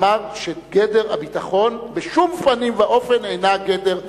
אמר שגדר הביטחון בשום פנים ואופן אינה גדר פוליטית.